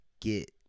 get